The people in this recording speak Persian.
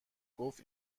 گفت